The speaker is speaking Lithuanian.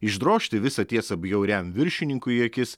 išdrožti visą tiesą bjauriam viršininkui į akis